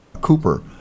cooper